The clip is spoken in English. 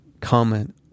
comment